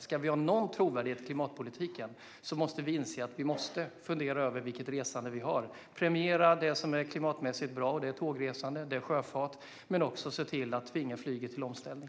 Ska vi ha någon trovärdighet i klimatpolitiken måste vi inse att vi måste fundera över resandet och premiera det som är klimatmässigt bra - tågresande och sjöfart - och se till tvinga flyget till omställning.